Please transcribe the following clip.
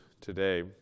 today